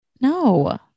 No